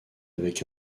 avec